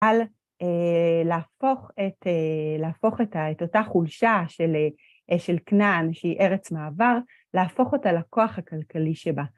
להפוך את אותה חולשה של כנען, שהיא ארץ מעבר, להפוך אותה לכוח הכלכלי שבה.